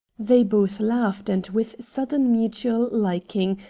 they both laughed, and, with sudden mutual liking,